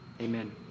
Amen